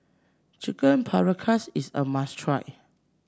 Chicken Paprikas is a must try